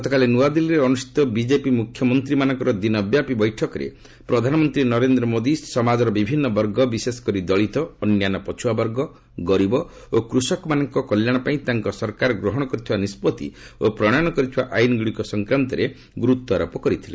ଗତକାଲି ନୂଆଦିଲ୍ଲୀରେ ଅନୁଷ୍ଠିତ ବିଜେପି ମୁଖ୍ୟମନ୍ତ୍ରୀମାନଙ୍କର ଦିନବ୍ୟାପି ବୈଠକରେ ପ୍ରଧାନମନ୍ତ୍ରୀ ନରେନ୍ଦ୍ର ମୋଦି ସମାଜର ବିଭିନ୍ନ ବର୍ଗ ବିଶେଷ କରି ଦଳିତ ଅନ୍ୟାନ୍ୟ ପଛୁଆବର୍ଗ ଗରିବ ଓ କୃଷକମାନଙ୍କ କଲ୍ୟାଣ ପାଇଁ ତାଙ୍କ ସରକାର ଗ୍ରହଣ କରିଥିବା ନିଷ୍ପଭି ଓ ପ୍ରଣୟନ କରିଥିବା ଆଇନ୍ଗ୍ରଡ଼ିକ ସଂକ୍ରାନ୍ତରେ ଗୁରୁତ୍ୱାରୋପ କରିଥିଲେ